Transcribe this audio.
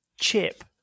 chip